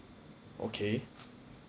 okay